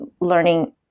learning